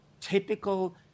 typical